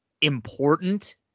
important